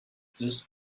this